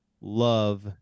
love